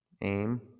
Aim